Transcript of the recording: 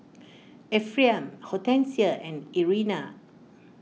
Ephriam Hortencia and Irena